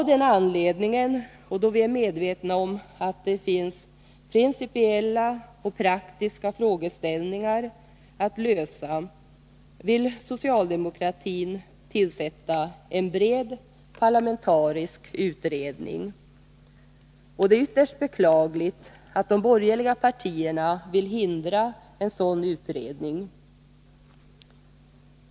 Av den anledningen och då vi är medvetna om att det finns principiella och praktiska frågeställningar att lösa vill socialdemokratin tillsätta en bred parlamentarisk utredning. Det är ytterst beklagligt att de borgerliga partierna vill hindra en sådan utredning.